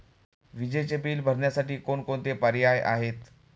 विजेचे बिल भरण्यासाठी कोणकोणते पर्याय आहेत?